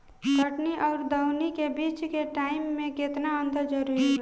कटनी आउर दऊनी के बीच के टाइम मे केतना अंतर जरूरी बा?